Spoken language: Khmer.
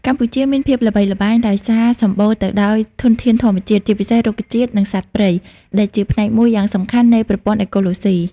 កម្ពុជាមានភាពល្បីល្បាញដោយសារសម្បូរទៅដោយធនធានធម្មជាតិ ជាពិសេស រុក្ខជាតិ និងសត្វព្រៃ ដែលជាផ្នែកមួយយ៉ាងសំខាន់នៃប្រព័ន្ធអេកូឡូស៊ី។